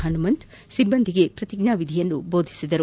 ಪನುಮಂತ್ ಸಿಬ್ಲಂದಿಗೆ ಪ್ರತಿಜ್ಞಾನಿಧಿ ಬೋಧಿಸಿದರು